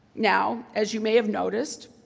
now, as you may have noticed,